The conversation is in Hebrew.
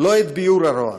לא את ביעור הרוע.